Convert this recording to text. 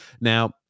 Now